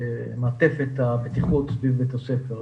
במעטפת הבטיחות סביב בית הספר.